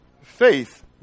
faith